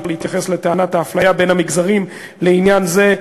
להתייחס לטענת האפליה בין המגזרים לעניין זה.